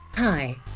Hi